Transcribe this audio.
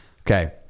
okay